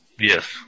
Yes